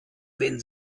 wenn